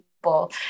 people